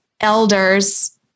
elders